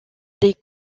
des